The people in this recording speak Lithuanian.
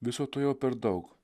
viso to jau per daug